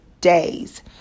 days